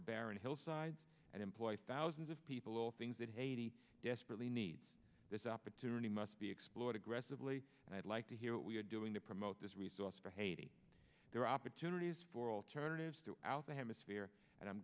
barren hillside and employs thousands of people all things that haiti desperately needs this opportunity must be explored aggressively and i'd like to hear what we are doing to promote this resource for haiti there are opportunities for alternatives throughout the hemisphere and i'm